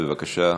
בבקשה,